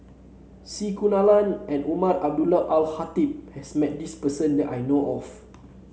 C Kunalan and Umar Abdullah Al Khatib has met this person that I know of